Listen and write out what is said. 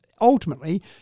ultimately